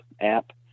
app